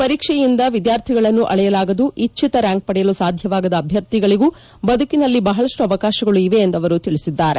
ಪರೀಕ್ಷೆಯಿಂದ ವಿದ್ದಾರ್ಥಿಗಳನ್ನು ಅಳೆಯಲಾಗದು ಇಚ್ಚಿತ ರ್ಕಾಂಕ್ ಪಡೆಯಲು ಸಾಧ್ವವಾಗದ ಅಭ್ಯರ್ಥಿಗಳಗೂ ಬದುಕಿನಲ್ಲಿ ಬಹಳಷ್ಟು ಅವಕಾಶಗಳು ಇವೆ ಎಂದು ಅವರು ತಿಳಿಸಿದ್ದಾರೆ